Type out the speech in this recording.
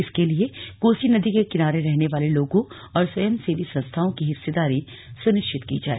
इसके लिये कोसी नदी के किनारे रहने वाले लोगों और स्वयं सेवी संस्थाओं की हिस्सेदारी सुनिश्चित की जाए